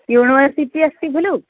university अस्ति खलु